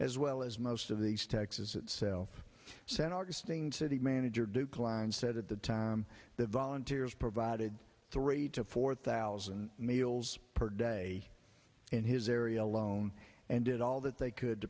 as well as most of these texas itself said augustine city manager deukalion said at the time the volunteers provided three to four thousand meals per day in his area alone and did all that they could